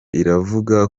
iravuga